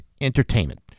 entertainment